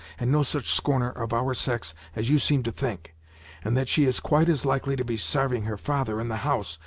and no such scorner of our sex as you seem to think and that she is quite as likely to be sarving her father in the house,